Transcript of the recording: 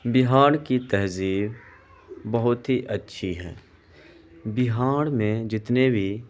بہار کی تہذیب بہت ہی اچھی ہے بہار میں جتنے بھی